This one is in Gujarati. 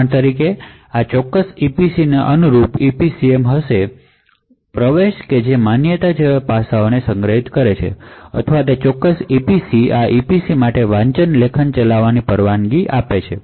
ઉદાહરણ તરીકે આ ચોક્કસ EPCને અનુરૂપ ઇપીસીએમ હશે જે માન્યતાઅથવા તે ચોક્કસ EPCમાટે વાંચન લેખન ચલાવવાની પરવાનગી જેવા પાસાઓને સંગ્રહિત કરે છે